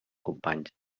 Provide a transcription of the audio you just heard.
companys